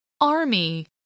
Army